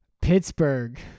Pittsburgh